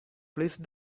please